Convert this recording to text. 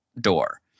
door